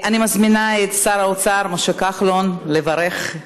אני מזמינה את שר האוצר משה כחלון לברך,